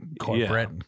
corporate